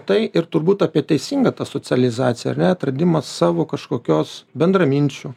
tai ir turbūt apie teisingą tą socializaciją ar ne atradimas savo kažkokios bendraminčių